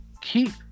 keep